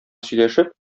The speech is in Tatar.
сөйләшеп